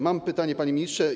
Mam pytania, panie ministrze.